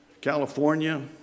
California